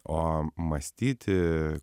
o mąstyti